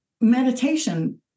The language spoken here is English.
meditation